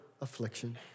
affliction